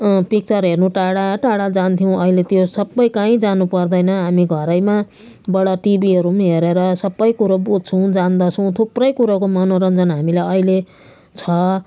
picture हेर्नु टाढा टाढा जान्थ्यौँ अहिले त्यो सबै काहीँ जानुपर्दैन हामी घरैमाबाट टिभीहरू पनि हेरेर सबै कुरो बुझ्छौँ जान्दछौँ थुप्रै कुरोको मनोरन्जन हामीलाई अहिले छ